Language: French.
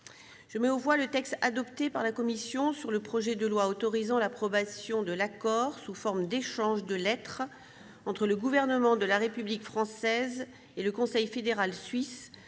Je mets aux voix le texte adopté par la commission sur le projet de loi autorisant l'approbation de l'accord sous forme d'échange de lettres entre le Gouvernement de la République française et le Conseil fédéral suisse